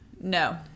No